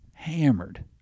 Hammered